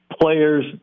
players